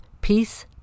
peace